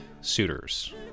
suitors